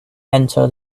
enter